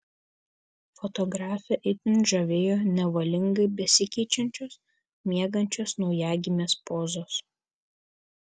fotografę itin žavėjo nevalingai besikeičiančios miegančios naujagimės pozos